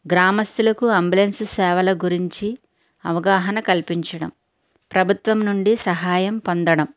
గ్రామస్థులకు ambulance సేవల గురించి అవగాహనా కల్పించడం ప్రభుత్వం నుండి సహాయం పొందడం